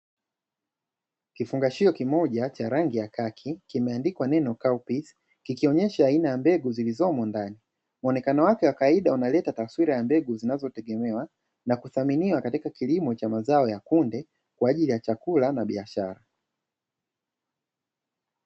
Kifungashio kimmoja cha rangi ya kaki, kimeandikwa neno " Cow piece" kikionyesha aina ya mbegu zilizomo ndani. Muonekano wake wa kawaida unaleta taswira ya mbegu zinazotegemewa na kuthaminiwa katika kilimo cha mazao ya kunde kwa ajili ya chakula na biashara.